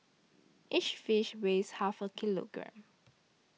each fish weighs half a kilogram